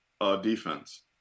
defense